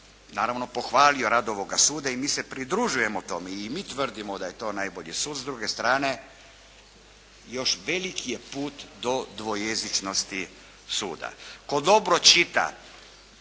naravno pohvalio rad ovoga suda i mi se pridružujemo tome. I mi tvrdimo da je to najbolji sud. S druge strane, još veliki je put do dvojezičnosti suda. Tko dobro čita